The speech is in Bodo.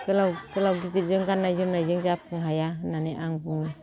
गोलाव गोलाव गिदिरजों गाननाय जोमनायजों जाख' हाया होननानै आं बुङो